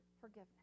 forgiveness